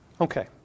Okay